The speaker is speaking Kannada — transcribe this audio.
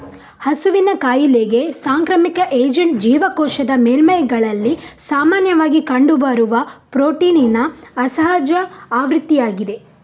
ಹಸುವಿನ ಕಾಯಿಲೆಗೆ ಸಾಂಕ್ರಾಮಿಕ ಏಜೆಂಟ್ ಜೀವಕೋಶದ ಮೇಲ್ಮೈಗಳಲ್ಲಿ ಸಾಮಾನ್ಯವಾಗಿ ಕಂಡುಬರುವ ಪ್ರೋಟೀನಿನ ಅಸಹಜ ಆವೃತ್ತಿಯಾಗಿದೆ